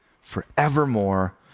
forevermore